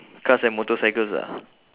cars and motorcycles ah